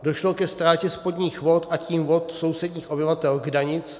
Došlo ke ztrátě spodních vod, a tím vod sousedních obyvatel Kdanic.